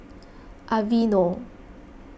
Aveeno